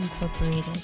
Incorporated